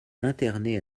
interné